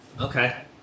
okay